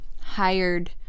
hired